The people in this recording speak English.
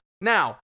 Now